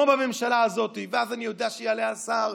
אני אמרתי,